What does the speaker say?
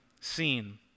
seen